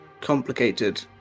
complicated